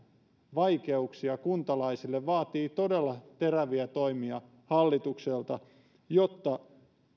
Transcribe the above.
vaikeuksia kuntalaisille vaatii todella teräviä toimia hallitukselta jotta